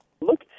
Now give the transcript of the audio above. look